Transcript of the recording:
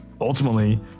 ultimately